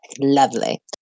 Lovely